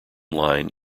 line